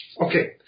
Okay